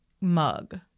mug